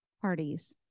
parties